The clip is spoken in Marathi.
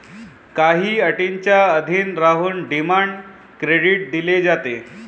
काही अटींच्या अधीन राहून डिमांड क्रेडिट दिले जाते